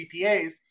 CPAs